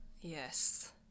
yes